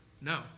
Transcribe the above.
No